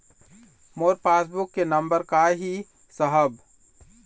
मोर passbook के number का ही साहब?